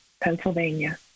Pennsylvania